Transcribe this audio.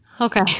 Okay